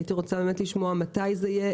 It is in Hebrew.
הייתי רוצה לשמוע מתי זה יהיה,